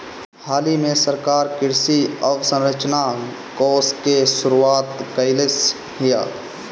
हालही में सरकार कृषि अवसंरचना कोष के शुरुआत कइलस हियअ